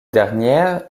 dernière